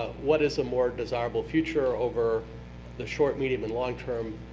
what is a more desirable future over the short, medium, and long-term,